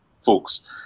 folks